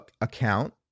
account